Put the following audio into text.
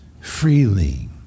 freely